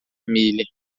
milha